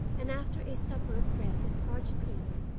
and, after a supper of bread and parched peas,